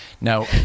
Now